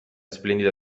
splendida